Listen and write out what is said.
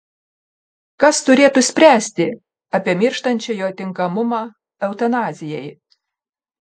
kas turėtų spręsti apie mirštančiojo tinkamumą eutanazijai